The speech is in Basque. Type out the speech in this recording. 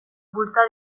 bultza